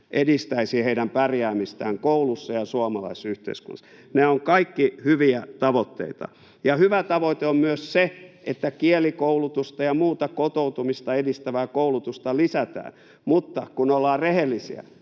edistäisi heidän pärjäämistään koulussa ja suomalaisessa yhteiskunnassa. [Kimmo Kiljunen: Erinomaista!] Nämä ovat kaikki hyviä tavoitteita. Ja hyvä tavoite on myös se, että kielikoulutusta ja muuta kotoutumista edistävää koulutusta lisätään. Mutta kun ollaan rehellisiä,